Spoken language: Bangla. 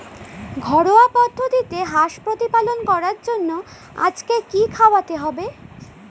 ঘরোয়া পদ্ধতিতে হাঁস প্রতিপালন করার জন্য আজকে কি খাওয়াতে হবে?